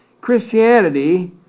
Christianity